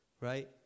Right